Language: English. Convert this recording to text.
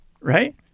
right